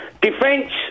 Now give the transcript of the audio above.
Defence